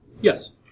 Yes